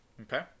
okay